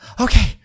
Okay